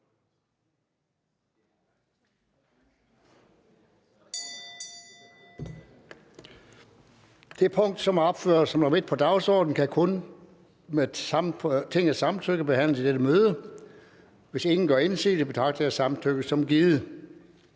Det punkt, der er opført som nr. 1 på dagsordenen, kan kun med Tingets samtykke behandles i dette møde. Hvis ingen gør indsigelse, betragter jeg samtykket som givet.